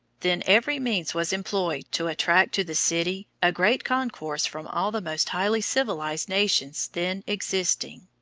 then every means was employed to attract to the city a great concourse from all the most highly-civilized nations then existing.